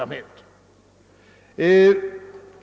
Detta har jag emellertid inte fått något gehör för.